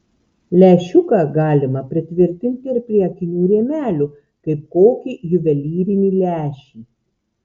lęšiuką galima pritvirtinti ir prie akinių rėmelių kaip kokį juvelyrinį lęšį